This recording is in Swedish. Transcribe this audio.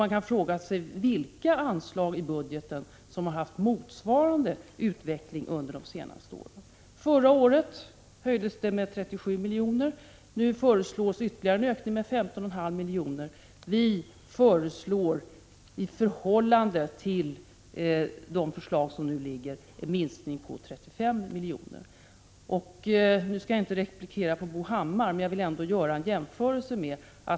Man kan fråga sig: Vilka anslag i budgeten har haft motsvarande utveckling under de senaste åren? Förra året höjdes stödet med 37 milj.kr. Nu föreslås ytterligare en ökning med 15,5 milj.kr. Vi förordar, i förhållande till det förslag som nu föreligger, en minskning på 35 milj.kr. Nu skall jag inte replikera på Bo Hammars anförande, men jag vill ändå göra en jämförelse.